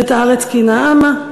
ואת הארץ כי נעמה,